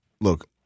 Look